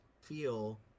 feel